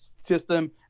system